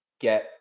get